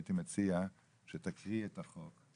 תקריא את החוק,